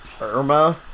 Irma